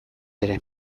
ere